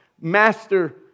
master